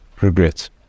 regrets